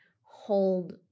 hold